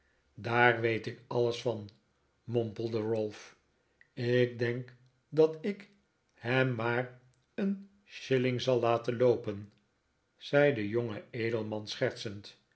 daar weet ik alles van mompelde ralph ik denk dat ik hem maar met een shilling zal laten loopen zei de jonge edelman schertsend